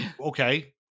okay